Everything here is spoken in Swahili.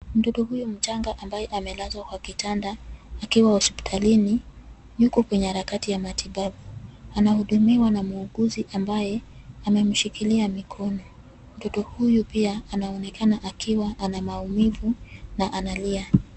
Mtoto huyu mchanga ambaye amelazwa kwa kitanda akiwa hospitalini yuko kwenye harakati ya matibabu. Anahudumiwa na muuguzi ambaye amemshikilia mikono. Mtoto huyu pia anaonekana ana maumivu na analia.